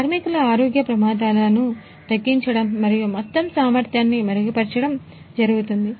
కార్మికుల ఆరోగ్య ప్రమాదాలను తగ్గించడం మరియు మొత్తం సామర్థ్యాన్ని మెరుగుపరచడం జరుగుతుంది